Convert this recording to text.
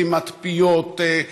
סתימת פיות,